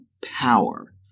power